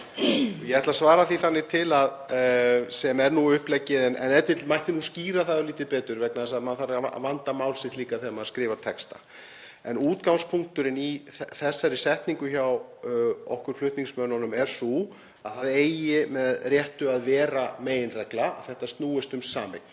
Ég ætla að svara því þannig til, sem er nú uppleggið en mætti e.t.v. skýra það örlítið betur vegna þess að maður þarf að vanda mál sitt þegar maður skrifar texta, að útgangspunkturinn í þessari setningu hjá okkur flutningsmönnunum er sá að það eigi með réttu að vera meginregla að þetta snúist um sameign,